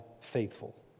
faithful